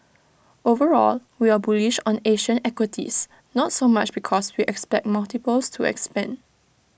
overall we are bullish on Asian equities not so much because we expect multiples to expand